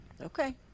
okay